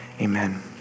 amen